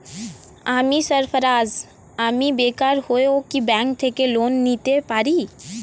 আমি সার্ফারাজ, আমি বেকার হয়েও কি ব্যঙ্ক থেকে লোন নিতে পারি?